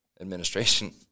administration